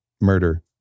murder